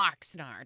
Oxnard